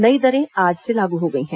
नई दरें आज से लागू हो गई हैं